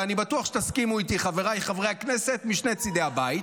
ואני בטוח שתסכימו איתי חבריי חברי הכנסת משני צידי הבית,